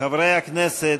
חברי הכנסת,